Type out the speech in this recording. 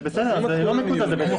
זה בסדר, זה לא מקוזז, זה בתוך התוקף.